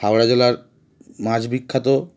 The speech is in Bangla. হাওড়া জেলার মাছ বিখ্যাত